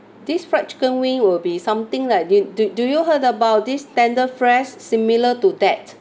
this fried chicken wing will be something like di~ do do you heard about this tender fresh similar to that